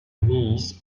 knees